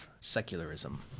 secularism